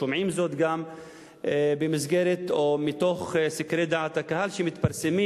ושומעים זאת גם בסקרי דעת הקהל שמתפרסמים